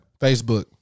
Facebook